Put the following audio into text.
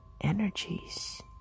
energies